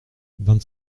vingt